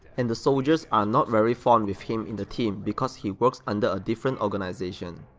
and the soldiers are not very fond with him in the team because he works under a different organization.